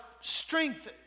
strength